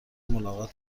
ملاقات